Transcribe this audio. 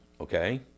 okay